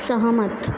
सहमत